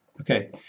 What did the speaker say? Okay